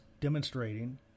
demonstrating